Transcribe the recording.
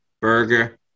Burger